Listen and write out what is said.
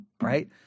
right